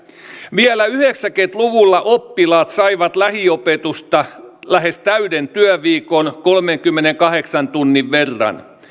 vielä yhdeksänkymmentä luvulla oppilaat saivat lähiopetusta lähes täyden työviikon kolmenkymmenenkahdeksan tunnin verran